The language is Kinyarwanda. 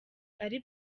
ari